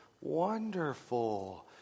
Wonderful